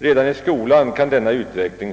Redan i skolan kan man spåra denna utveckling.